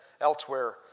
elsewhere